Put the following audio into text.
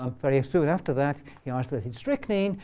um very soon after that, he isolated strychnine.